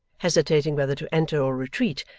hesitating whether to enter or retreat,